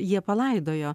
jie palaidojo